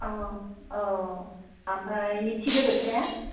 औ औ ओमफ्राय नैथि गोरोबथाया